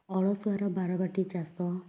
ଅଳସୁଆର ବାରବାଟି ଚାଷ